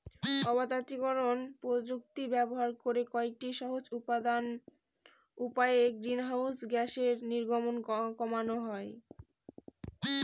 অবাত আত্তীকরন প্রযুক্তি ব্যবহার করে কয়েকটি সহজ উপায়ে গ্রিনহাউস গ্যাসের নির্গমন কমানো যায়